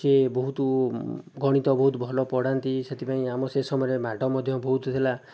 ସେ ବହୁତ ଗଣିତ ବହୁତ ଭଲ ପଢ଼ାନ୍ତି ସେଥିପାଇଁ ଆମ ସେ ସମୟରେ ମାଡ଼ ବହୁତ ଥିଲା